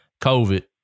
COVID